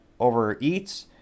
overeats